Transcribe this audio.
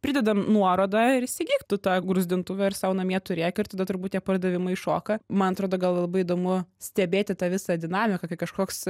prideda nuorodą ir įsigyk tu tą gruzdintuvę ir sau namie turėk ir tada turbūt tie pardavimai šoka man atrodo gal labai įdomu stebėti tą visą dinamiką kai kažkoks